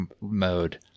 mode